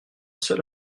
seul